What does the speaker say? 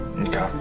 okay